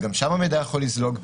וגם שם המידע יכול לזלוג.